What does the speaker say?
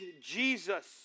Jesus